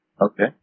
Okay